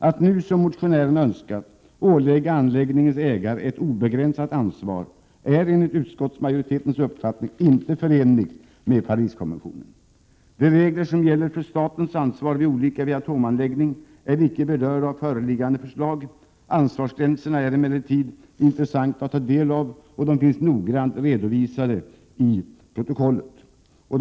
Att nu, som motionärerna önskat, ålägga anläggningens ägare ett obegränsat ansvar är enligt utskottsmajoritetens uppfattning inte förenligt med Pariskonventionen. De regler som gäller för statens ansvar vid olycka vid atomanläggning är icke berörda av nu föreliggande förslag. Ansvarsgränserna är emellertid intressanta att ta del av, och de finns noggrant redovisade i propositionen.